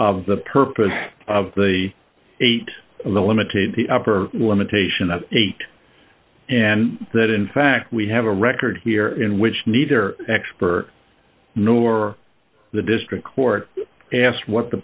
of the purpose of the eight in the limited the upper limitation of eight and that in fact we have a record here in which neither expert nor the district court asked what the